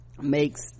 makes